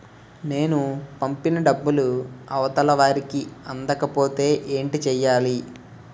నేను పంపిన డబ్బులు అవతల వారికి అందకపోతే ఏంటి చెయ్యాలి?